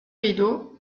rideau